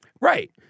Right